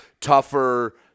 tougher